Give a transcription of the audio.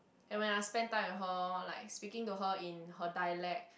like when I spend time with her like speaking to her in her dialect